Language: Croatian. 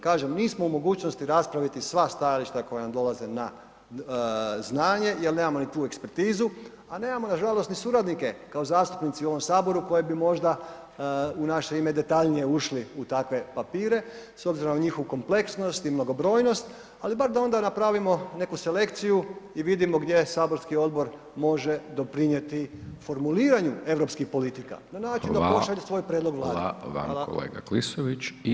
Kažem, nismo u mogućnosti raspraviti sva stajališta koja nam dolaze na znanje jer nemamo ni tu ekspertizu, a nemamo nažalost ni suradnike kao zastupnici u ovom Saboru koje bi možda u naše ime detaljnije ušli u takve papire s obzirom na njihovu kompleksnost i mnogobrojnost, ali bar da onda napravimo neku selekciju i vidimo gdje saborski odbor može doprinijeti formuliranju europskih politika na način [[Upadica: Hvala vam kolega Klisović.]] da pošalje svoj prijedlog Vladi.